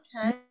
Okay